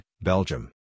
Belgium